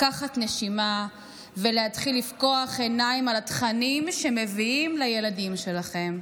לקחת נשימה ולהתחיל לפקוח עיניים על התכנים שמביאים לילדים שלכם.